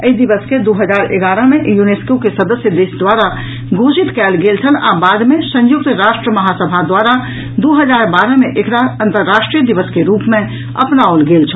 एहि दिवस के दू हजार एगारह मे यूनेस्को के सदस्य देश द्वारा घोषित कयल गेल छल आ बाद मे संयुक्त राष्ट्रमहासभा द्वारा दू हजार बारह मे एकरा अंतर्राष्ट्रीय दिवस के रूप मे अपनाओल गेल छल